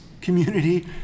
community